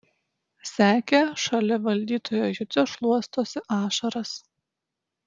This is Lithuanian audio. sekė šalia valdytojo jucio šluostosi ašaras